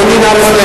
אדוני, נא לסיים.